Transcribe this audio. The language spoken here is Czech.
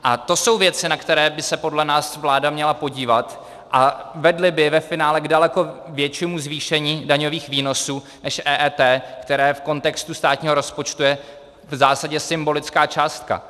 A to jsou věci, na které by se podle nás vláda měla podívat a které by vedly ve finále k daleko většímu zvýšení daňových výnosů než EET, které v kontextu státního rozpočtu je v zásadě symbolická částka.